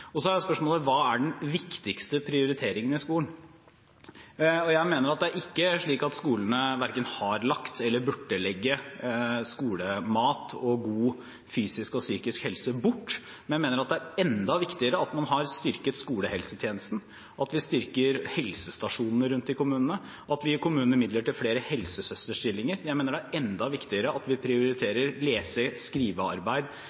Så er spørsmålet: Hva er den viktigste prioriteringen i skolen? Jeg mener at det er ikke slik at skolene har lagt bort eller burde legge bort skolemat og god fysisk og psykisk helse. Men jeg mener at det er enda viktigere at man har styrket skolehelsetjenesten, at vi styrker helsestasjonene rundt i kommunene, at vi gir kommunene midler til flere helsesøsterstillinger. Jeg mener det er enda viktigere at vi prioriterer lese- og skrivearbeid,